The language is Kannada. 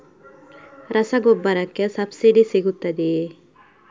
ರಸಗೊಬ್ಬರಕ್ಕೆ ಸಬ್ಸಿಡಿ ಸಿಗುತ್ತದೆಯೇ?